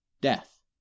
death